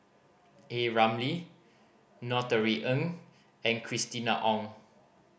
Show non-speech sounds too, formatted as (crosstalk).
A Ramli (unintelligible) Ng and Christina Ong